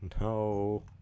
No